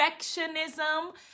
perfectionism